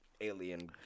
Alien